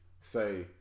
say